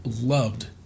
loved